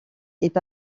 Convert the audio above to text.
est